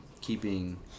keeping